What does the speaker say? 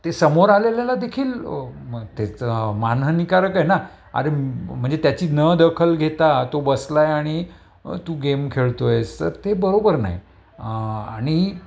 ते समोर आलेलेला देखील तेचं मानहनिकारक आहेना अरे म्हणजे त्याची न दखल घेता तो बसलाय आणि तू गेम खेळतोयस तर ते बरोबर नाही आणि